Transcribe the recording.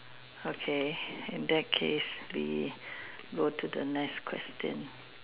okay in that case we go to the next question